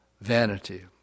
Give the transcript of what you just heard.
vanity